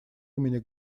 имени